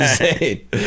insane